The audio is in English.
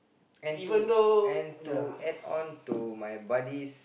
and to and to add on to my buddy's